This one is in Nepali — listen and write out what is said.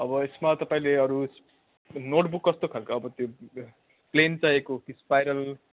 अब यसमा तपाईँले अरू नोटबुक कस्तो खाल्को अब त्यो प्लेन चाहिएको हो कि स्पाइरल